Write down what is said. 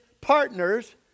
partners